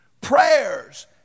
Prayers